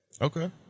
Okay